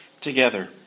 together